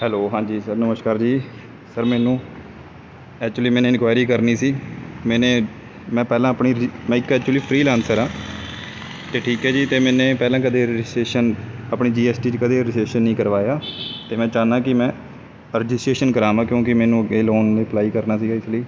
hello ਹਾਂਜੀ sir ਨਮਸਕਾਰ ਜੀ ਸਰ ਮੈਨੂੰ ਐਕਚੁਲੀ ਮੈਨੇ ਇਨਕੁਇਰੀ ਕਰਨੀ ਸੀ ਮੈਨੇ ਮੈਂ ਪਹਿਲਾਂ ਆਪਣੀ ਰ ਮੈਂ ਇੱਕ ਐਕਚੁਲੀ ਫਰੀਲੈਨਸਰ ਆ ਅਤੇ ਠੀਕ ਹੈ ਜੀ ਅਤੇ ਮੈਨੇ ਪਹਿਲਾਂ ਕਦੇ ਰਜਿਸਟਰੇਸ਼ਨ ਆਪਣੀ ਜੀ ਐਸ ਟੀ 'ਚ ਕਦੇ ਰਜਿਸਟਰੇਸ਼ਨ ਨਹੀਂ ਕਰਵਾਇਆ ਅਤੇ ਮੈਂ ਚਾਹੁੰਦਾ ਕਿ ਮੈਂ ਰਜਿਸਟਰੇਸ਼ਨ ਕਰਾਵਾਂ ਕਿਉਂਕਿ ਮੈਨੂੰ ਅੱਗੇ ਲੋਨ ਲਈ ਅਪਲਾਈ ਕਰਨਾ ਸੀ ਇਸ ਲਈ